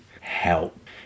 help